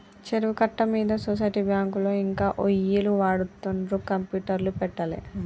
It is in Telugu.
చెరువు కట్ట మీద సొసైటీ బ్యాంకులో ఇంకా ఒయ్యిలు వాడుతుండ్రు కంప్యూటర్లు పెట్టలే